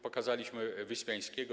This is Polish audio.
Pokazaliśmy Wyspiańskiego.